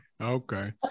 Okay